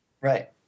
right